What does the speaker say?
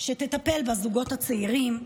שתטפל בזוגות הצעירים,